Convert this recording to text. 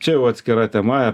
čia jau atskira tema